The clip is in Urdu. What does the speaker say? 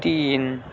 تین